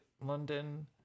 London